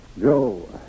Joe